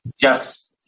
Yes